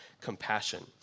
compassion